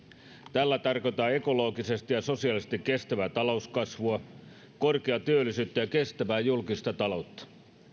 tällä tarkoitetaan ekologisesti ja sosiaalisesti kestävää talouskasvua korkeaa työllisyyttä ja kestävää julkista taloutta